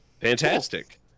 fantastic